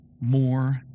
more